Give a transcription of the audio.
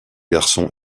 garçon